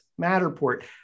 Matterport